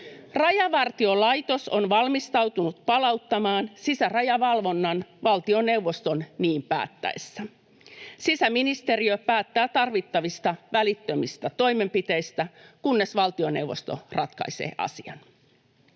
Rajavartiolaitos on valmistautunut palauttamaan sisärajavalvonnan valtioneuvoston niin päättäessä. Sisäministeriö päättää tarvittavista välittömistä toimenpiteistä, kunnes valtioneuvosto ratkaisee asian.